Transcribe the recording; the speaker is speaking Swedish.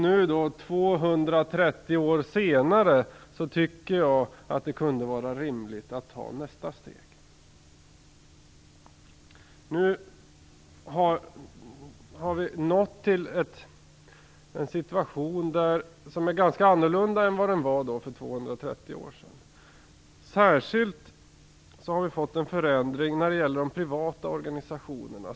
Nu, 230 år senare, tycker jag att det kunde vara rimligt att ta nästa steg. Vi har kommit till en situation som är ganska annorlunda jämfört med för 230 år sedan. Särskilt har vi fått en förändring när det gäller de privata organisationerna.